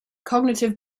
cognitive